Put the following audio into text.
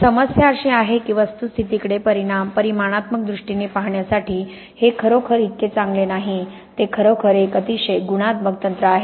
समस्या अशी आहे की वस्तुस्थितीकडे परिमाणात्मक दृष्टीने पाहण्यासाठी हे खरोखर इतके चांगले नाहीत ते खरोखर एक अतिशय गुणात्मक तंत्र आहेत